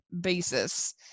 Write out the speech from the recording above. basis